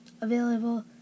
Available